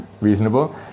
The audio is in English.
reasonable